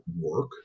work